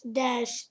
dash